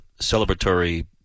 celebratory